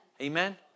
Amen